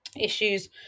issues